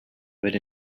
but